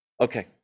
Okay